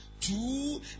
two